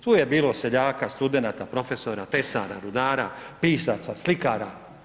Tu je bilo seljaka, studenata, profesora, tesara, rudara, pisaca, slikara.